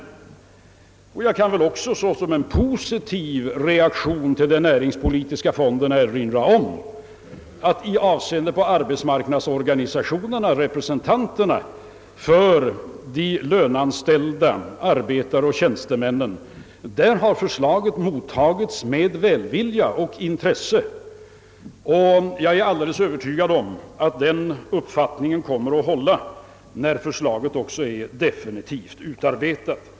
Jag kan också som exempel på en positiv reaktion till den näringspolitiska fonden nämna, att arbetsmarknadsorganisationernas representanter för de löneanställda, arbetare och tjänstemän, har mottagit förslaget med välvilja och intresse. Jag är alldeles övertygad om att denna uppfattning kommer att finnas kvar när förslaget är definitivt utarbetat.